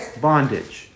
bondage